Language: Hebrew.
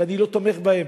ואני לא תומך בהן.